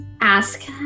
ask